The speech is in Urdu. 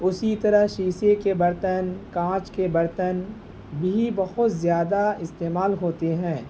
اسی طرح شیشے کے برتن کانچ کے برتن بھی بہت زیادہ استعمال ہوتے ہیں